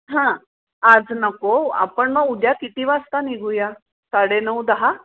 हां आज नको आपण मग उद्या किती वाजता निघूया साडेनऊ दहा